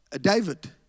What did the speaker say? David